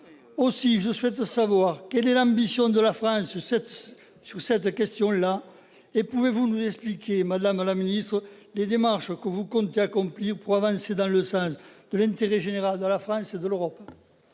Aussi, je souhaite savoir quelle est l'ambition de la France sur cette question. Madame la ministre, pouvez-vous nous expliquer les démarches que vous comptez accomplir pour avancer dans le sens de l'intérêt général de la France et de l'Europe ?